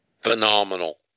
phenomenal